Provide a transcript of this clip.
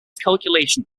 calculation